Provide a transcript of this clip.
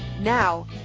Now